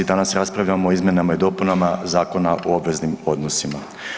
Danas raspravljamo o izmjenama i dopunama Zakona o obveznim odnosima.